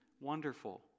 Wonderful